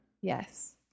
Yes